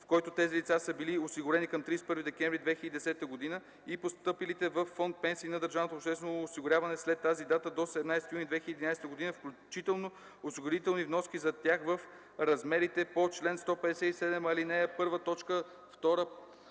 в който тези лица са били осигурени към 31 декември 2010 г., и постъпилите във фонд „Пенсии” на държавното обществено осигуряване след тази дата до 17 юни 2011 г. включително, осигурителни вноски за тях, в размерите по чл. 157, ал, 1,